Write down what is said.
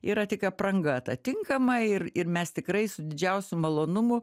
yra tik apranga ta tinkama ir ir mes tikrai su didžiausiu malonumu